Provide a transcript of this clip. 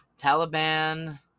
Taliban